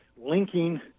linking